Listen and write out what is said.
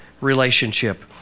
relationship